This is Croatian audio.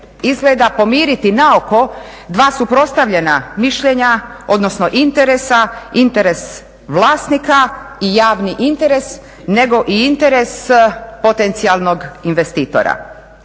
izgleda pomiriti naoko dva suprotstavljena mišljenja odnosno interesa, interes vlasnika i javni interes nego i interes potencijalnog investitora.